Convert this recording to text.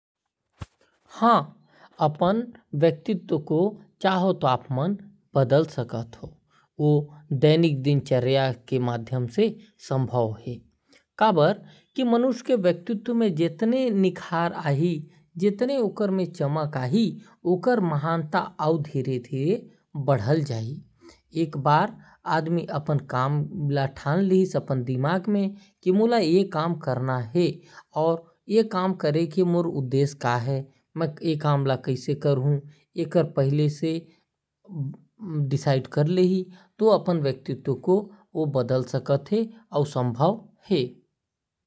हां अपन व्यक्तित्व को चाहे तो आप मन बदल सकत हो। अपन दैनिक दिनचर्या ले बदल सकत ही का है मानुष के व्यक्तित्व में जितना सुधार हो ही उतना निखार और चमक आही। एक बार आदमी अपन दिमाग में बांध लही तो अपन व्यक्तित्व ला बदल सकत है।